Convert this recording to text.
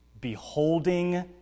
beholding